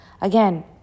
Again